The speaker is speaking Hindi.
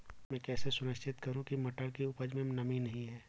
मैं कैसे सुनिश्चित करूँ की मटर की उपज में नमी नहीं है?